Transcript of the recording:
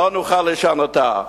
לא נוכל לשנותה.